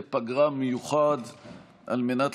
בעד.